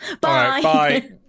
Bye